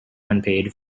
unpaid